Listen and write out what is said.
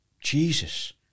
Jesus